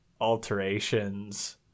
alterations